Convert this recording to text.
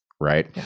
Right